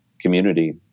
community